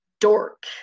dork